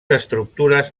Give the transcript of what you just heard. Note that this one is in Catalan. estructures